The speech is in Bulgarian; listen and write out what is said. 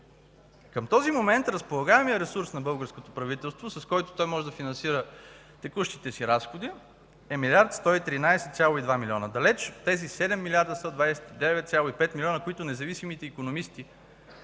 Към този момент разполагаемият ресурс на българското правителство, с който то може да финансира текущите си разходи, е 1 млрд. 113,2 милиона – далече от тези 7 млрд. 129,5 милиона, които независимите икономисти,